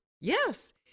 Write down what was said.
yes